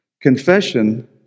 Confession